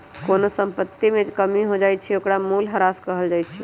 कोनो संपत्ति में जे कमी हो जाई छई ओकरा मूलहरास कहल जाई छई